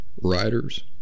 writers